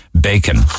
bacon